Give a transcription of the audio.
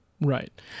Right